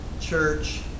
church